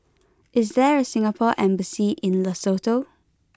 is there a Singapore embassy in Lesotho